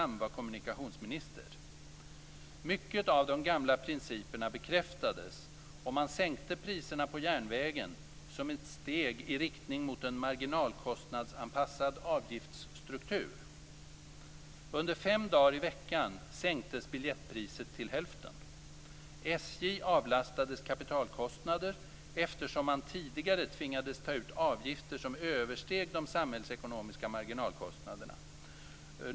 Mycket av de gamla principerna bekräftades, och man sänkte priserna på järnvägen som ett steg i riktning mot en marginalkostnadsanpassad avgiftsstruktur. Under fem dagar i veckan sänktes biljettpriset till hälften. SJ avlastades kapitalkostnader, eftersom man tidigare tvingades att ta ut avgifter som översteg de samhällsekonomiska marginalkostnaderna.